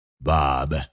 Bob